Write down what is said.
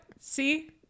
see